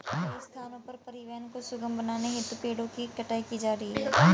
कई स्थानों पर परिवहन को सुगम बनाने हेतु पेड़ों की कटाई की जा रही है